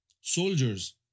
soldiers